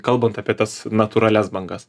kalbant apie tas natūralias bangas